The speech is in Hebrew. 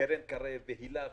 קרן קרב והיל"ה וכולי,